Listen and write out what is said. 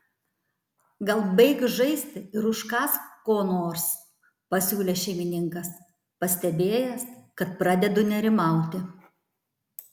gal baik žaisti ir užkąsk ko nors pasiūlė šeimininkas pastebėjęs kad pradedu nerimauti